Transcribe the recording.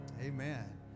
Amen